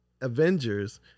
Avengers